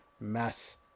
mess